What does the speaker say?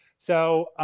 so,